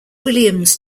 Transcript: williams